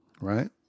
right